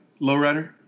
lowrider